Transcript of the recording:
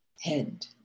head